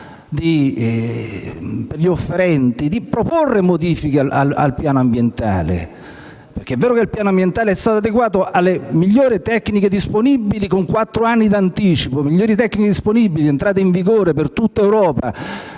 per gli offerenti di proporre modifiche al piano ambientale. È vero che il piano ambientale è stato adeguato alle migliori tecniche disponibili con quattro anni di anticipo: entrato in vigore in tutta Europa